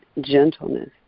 gentleness